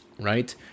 right